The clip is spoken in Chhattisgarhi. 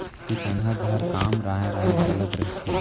किसनहा घर काम राँय राँय चलत रहिथे